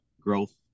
growth